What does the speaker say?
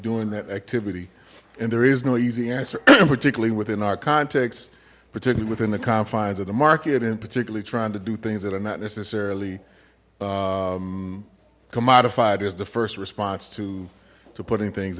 doing that activity and there is no easy answer particularly within our context particularly within the confines of the market and particularly trying to do things that are not necessarily commodified is the first response to to putting things